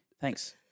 thanks